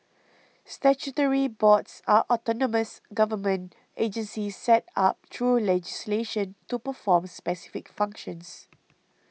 statutory boards are autonomous government agencies set up through legislation to perform specific functions